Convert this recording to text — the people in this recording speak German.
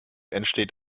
entsteht